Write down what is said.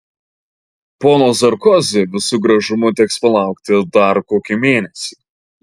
pono sarkozi visu gražumu teks palaukti dar kokį mėnesį